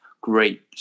great